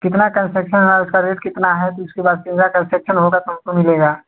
कितना कन्सेशन है उसका रेट कितना है तो उसके बाद कितना कन्सेक्शन होगा तो तो मिलेगा